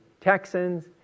Texans